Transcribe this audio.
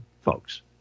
folks